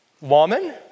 Woman